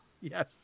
Yes